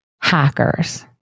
Hackers